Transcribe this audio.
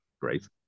Great